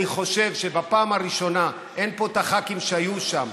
אני חושב שבפעם הראשונה אין פה את הח"כים שהיו שם,